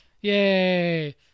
Yay